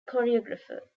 choreographer